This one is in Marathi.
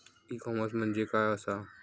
ई कॉमर्स म्हणजे काय असा?